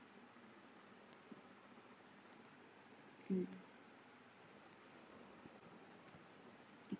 mm